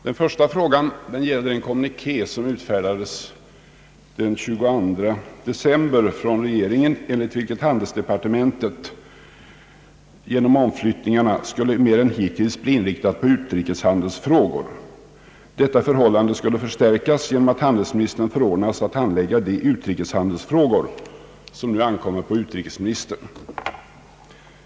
Den första frågan gäller en kommuniké från regeringen den 22 december, enligt vilken handelsdepartementet genom omflyttningarna mer än hittills skulle bli inriktat på utrikeshandelsfrågor. Detta skulle ske genom att handelsministern förordnades att handlägga de utrikeshandelsärenden, som nu behandlas av utrikesministern.